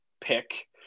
pick